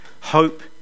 hope